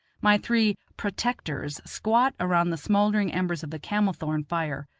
my three protectors squat around the smouldering embers of the camel-thorn fire,